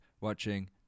watching